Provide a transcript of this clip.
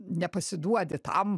nepasiduodi tam